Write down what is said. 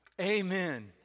Amen